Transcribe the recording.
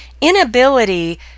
inability